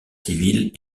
civile